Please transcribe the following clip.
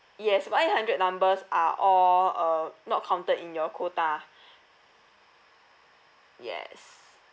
yes one eight hundred numbers are all uh not counted in your quota yes